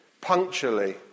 punctually